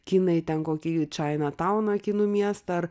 kinai ten kokį jučainą tauną kinų miestą ar